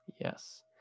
Yes